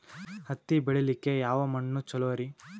ಹತ್ತಿ ಬೆಳಿಲಿಕ್ಕೆ ಯಾವ ಮಣ್ಣು ಚಲೋರಿ?